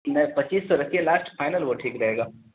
نہیں پچیس سو رکھیے لاسٹ فائنل وہ ٹھیک رہے گا